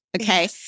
Okay